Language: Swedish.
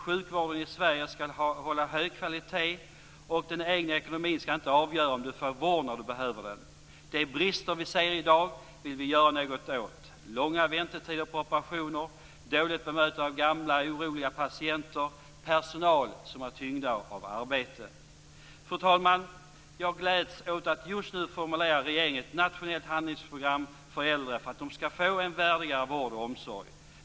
Sjukvården i Sverige skall hålla hög kvalitet, och den egna ekonomin skall inte avgöra om du får vård när du behöver den. De brister vi ser i dag vill vi göra något åt: långa väntetider för operationer, dåligt bemötande av gamla, oroliga patienter och personal som är tyngd av arbete. Fru talman! Jag gläds åt att regeringen just nu formulerar ett nationellt handlingsprogram för äldre, för att de skall få en värdigare vård och omsorg.